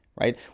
right